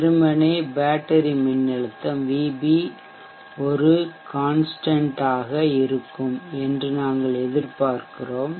வெறுமனே பேட்டரி மின்னழுத்தம் விபி ஒரு கான்ஷ்டன்ட் மாறிலி ஆக இருக்கும் என்று நாங்கள் எதிர்பார்க்கிறோம்